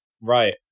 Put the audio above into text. Right